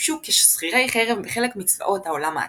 שימשו כשכירי חרב בחלק מצבאות העולם העתיק.